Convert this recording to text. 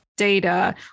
Data